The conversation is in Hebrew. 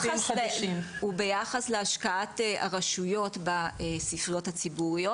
הוא ביחס להשקעת הרשויות בספריות הציבוריות.